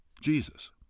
Jesus